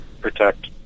protect